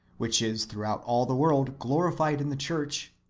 which is throughout all the world glorified in the church,